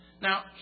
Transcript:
Now